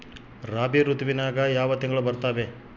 ರಾಬಿ ಋತುವಿನ್ಯಾಗ ಯಾವ ತಿಂಗಳು ಬರ್ತಾವೆ?